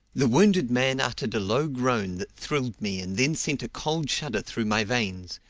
the wounded man uttered a low groan that thrilled me and then sent a cold shudder through my veins,